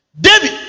David